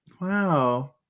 wow